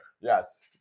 Yes